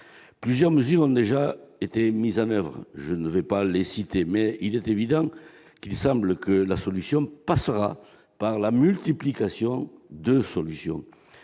Plusieurs mesures ont déjà été mises en oeuvre. Je ne vais pas les citer, mais il semble évident que la solution passera par la multiplication de solutions.